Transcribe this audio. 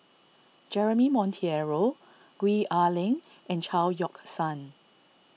Jeremy Monteiro Gwee Ah Leng and Chao Yoke San